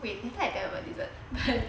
wait I don't know if got dessert